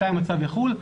בינתיים הצו יחול,